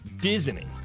Disney